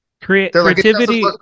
creativity